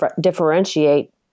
differentiate